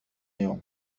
يوم